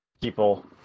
people